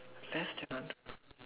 less than